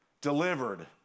delivered